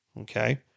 okay